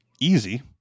easy